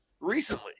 recently